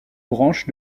branche